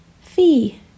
Fee